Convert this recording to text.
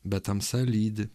bet tamsa lydi